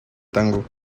tango